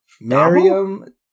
Miriam